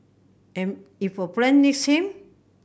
and if a friend needs him